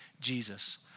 Jesus